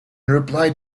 reply